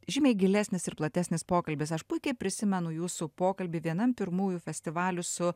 žymiai gilesnis ir platesnis pokalbis aš puikiai prisimenu jūsų pokalbį vienam pirmųjų festivalių su